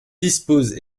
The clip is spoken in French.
dispose